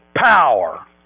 Power